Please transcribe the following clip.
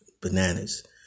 bananas